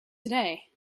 today